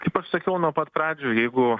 kaip aš sakiau nuo pat pradžių jeigu